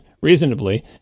reasonably